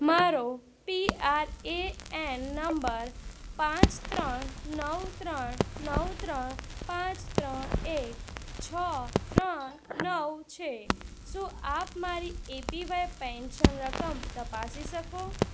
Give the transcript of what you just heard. મારો P R A N નંબર પાંચ ત્રણ નવ ત્રણ નવ ત્રણ પાંચ ત્રણ એક છ ત્રણ નવ છે શું આપ મારી એ પી વાય પેન્શન રકમ તપાસી શકો